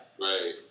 Right